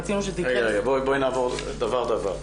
רגע, בואי נעבור דבר-דבר.